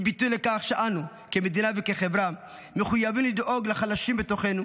היא ביטוי לכך שאנו כמדינה וכחברה מחויבים לדאוג לחלשים בתוכנו,